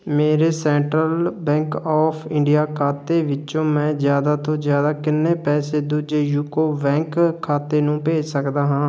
ਮੇਰੇ Central Bank of India ਖਾਤੇ ਵਿੱਚੋਂ ਮੈਂ ਜ਼ਿਆਦਾ ਤੋਂ ਜ਼ਿਆਦਾ ਕਿੰਨੇ ਪੈਸੇ ਦੂਜੇ ਯੂਕੋ ਬੈਂਕ ਖਾਤੇ ਨੂੰ ਭੇਜ ਸਕਦਾ ਹਾਂ